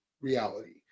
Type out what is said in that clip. reality